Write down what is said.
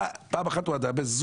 פעם אחת הוא היה בזום.